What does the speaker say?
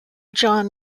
john